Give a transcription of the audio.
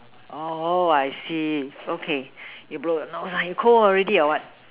oh I see okay you blow your nose ah you cold already or what